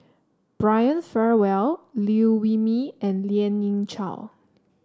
Brian Farrell Liew Wee Mee and Lien Ying Chow